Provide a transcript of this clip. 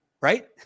Right